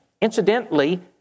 Incidentally